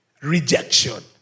Rejection